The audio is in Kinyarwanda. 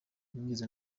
nigeze